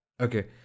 Okay